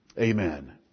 Amen